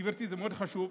גברתי, זה מאוד חשוב.